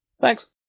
Thanks